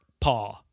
paw